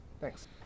Thanks